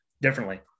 differently